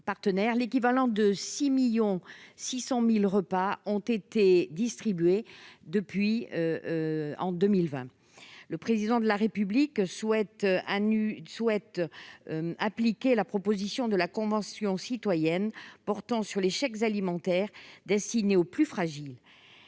l'équivalent de 6 600 000 repas a été distribué en 2020. Le Président de la République souhaite appliquer la proposition de la Convention citoyenne pour le climat portant sur les chèques alimentaires destinés aux plus fragiles.